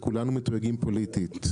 וכולנו --- פוליטית,